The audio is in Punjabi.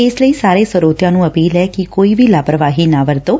ਇਸ ਲਈ ਸਾਰੇ ਸਰੋਤਿਆਂ ਨੂੰ ਅਪੀਲ ਐ ਕਿ ਕੋਈ ਵੀ ਲਾਪਰਵਾਹੀ ਨਾ ਵਰਤੋਂ